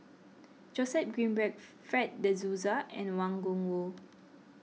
Joseph Grimberg Fred De Souza and Wang Gungwu